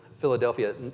Philadelphia